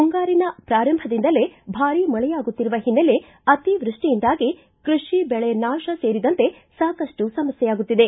ಮುಂಗಾರಿನ ಪ್ರಾರಂಭದಿಂದಲೇ ಭಾರೀ ಮಳೆಯಾಗುತ್ತಿರುವ ಹಿನ್ನೆಲೆ ಅತಿವ್ಯಷ್ಷಿಯಿಂದಾಗಿ ಕೃಷಿ ಬೆಳೆ ನಾತ ಸೇರಿದಂತೆ ಸಾಕಷ್ಟು ಸಮಸ್ನೆಯಾಗುತ್ತಿದೆ